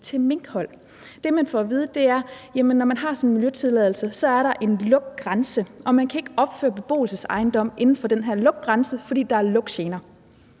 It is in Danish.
til minkhold. Det, man får at vide, er, at når der er sådan en miljøtilladelse, er der er en lugtgrænse, og man kan ikke opføre beboelsesejendomme inden for den her lugtgrænse, fordi der er lugtgener.